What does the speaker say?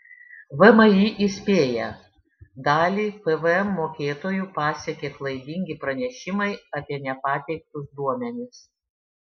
vmi įspėja dalį pvm mokėtojų pasiekė klaidingi pranešimai apie nepateiktus duomenis